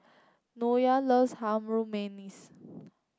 Nya loves Harum Manis